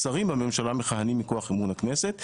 השרים בממשלה מכהנים מכוח אמון הכנסת.